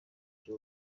cyo